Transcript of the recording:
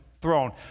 throne